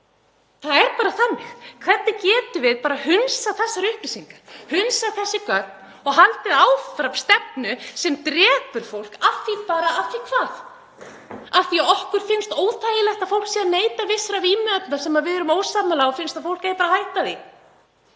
Það er bara þannig. Hvernig getum við bara hunsað þessar upplýsingar, hunsað þessi gögn og haldið áfram stefnu sem drepur fólk, bara af því bara? Af því að hvað? Af því okkur finnst óþægilegt að fólk sé að neita vissra vímuefna sem við erum ósammála og finnst að fólk eigi að hætta því.